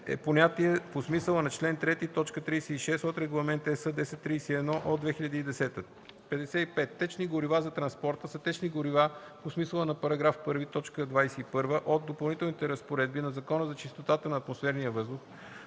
е понятие по смисъла на чл. 3, т. 36 от Регламент (ЕС) № 1031/2010. 55. „Течни горива за транспорта” са течни горива по смисъла на § 1, т. 21 от Допълнителните разпоредби на Закона за чистотата на атмосферния въздух,